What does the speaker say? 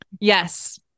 yes